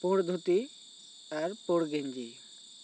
ᱯᱩᱲ ᱫᱷᱩᱛᱤ ᱟᱨ ᱯᱩᱲ ᱜᱮᱱᱡᱤ